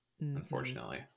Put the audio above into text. Unfortunately